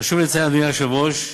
חשוב לציין, אדוני היושב-ראש,